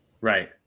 Right